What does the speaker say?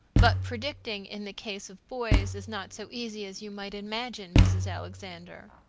but predicting, in the case of boys, is not so easy as you might imagine, mrs. alexander.